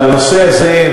בנושא הזה,